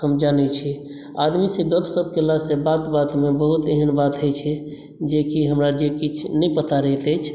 हम जनै छियै आदमीसॅं गपसप केलासँ बात बातमे बहुत एहन बात होइ छै जेकी हमरा जे किछु नहि पता रहैत अछि